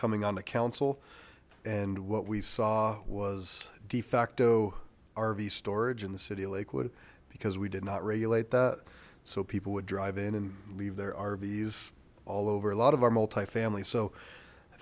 coming onto council and what we saw was de facto rv storage in the city of lakewood because we did not regulate that so people would drive in and leave their rvs all over a lot of our multifamily so i